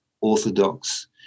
orthodox